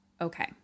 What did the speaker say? Okay